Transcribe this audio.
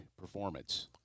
performance